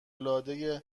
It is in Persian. العاده